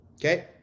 okay